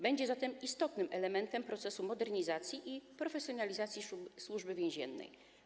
Będzie ona zatem istotnym elementem procesu modernizacji i profesjonalizacji Służby Więziennej.